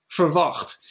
verwacht